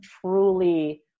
truly